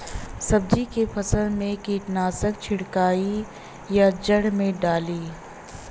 सब्जी के फसल मे कीटनाशक छिड़काई या जड़ मे डाली?